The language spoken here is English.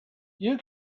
you